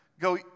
go